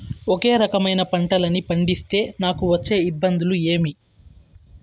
ఒకే రకమైన పంటలని పండిస్తే నాకు వచ్చే ఇబ్బందులు ఏమి?